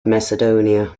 macedonia